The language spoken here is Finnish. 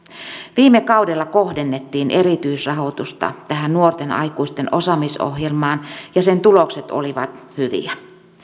viime kaudella kohdennettiin erityisrahoitusta tähän nuorten aikuisten osaamisohjelmaan ja sen tulokset olivat hyviä